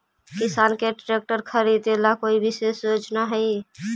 किसान के ट्रैक्टर खरीदे ला कोई विशेष योजना हई?